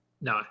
No